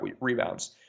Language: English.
rebounds